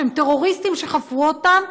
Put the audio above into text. שהם טרוריסטים שחפרו אותן,